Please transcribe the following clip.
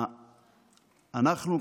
אנחנו,